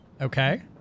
Okay